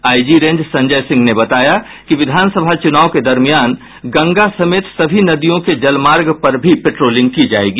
IG range Sanjay Singh ने बताया कि विधानसभा चुनाव के दरमियान गंगा समेत सभी नदियों के जलमार्ग पर भी पेट्रोलिंग की जायेगी